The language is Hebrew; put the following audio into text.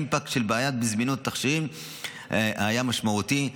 האימפקט של בעיית זמינות התכשירים היה משמעותי.